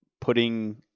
putting